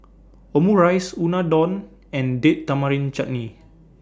Omurice Unadon and Date Tamarind Chutney